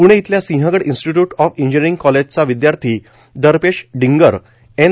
पृणे इथल्या Sinhgad Institute of Engineering कॉलेजचा विदयार्थी दर्पेश डिंगर एन